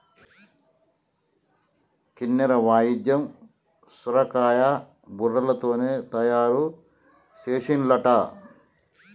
కిన్నెర వాయిద్యం సొరకాయ బుర్రలతోనే తయారు చేసిన్లట